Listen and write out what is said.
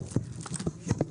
הישיבה ננעלה בשעה 09:45.